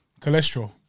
Cholesterol